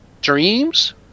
Dreams